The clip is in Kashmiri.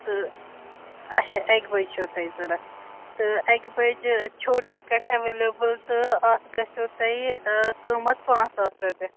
تہٕ اچھا اَکہِ بَجہِ چھو تۄہہِ ضوٚرَتھ تہٕ اَکہِ بَجہِ چھُو ٹِکَٹ اویلیبٕل تہٕ اَتھ گَژھیو تۄہہِ قۭمَتھ پانٛژھ ساس رۄپیہِ